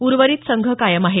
उर्वरित संघ कायम आहे